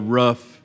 rough